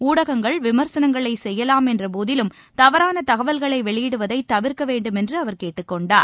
உளடகங்கள் விமர்சனங்களை செய்யலாம் என்ற போதிலும் தவறான தகவல்களை வெளியிடுவதை தவிர்க்க வேண்டுமென்று அவர் கேட்டுக் கொண்டார்